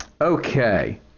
Okay